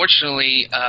unfortunately